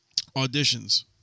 auditions